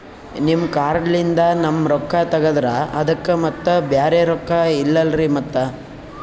ನಿಮ್ ಕಾರ್ಡ್ ಲಿಂದ ನಮ್ ರೊಕ್ಕ ತಗದ್ರ ಅದಕ್ಕ ಮತ್ತ ಬ್ಯಾರೆ ರೊಕ್ಕ ಇಲ್ಲಲ್ರಿ ಮತ್ತ?